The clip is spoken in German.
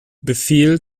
befehl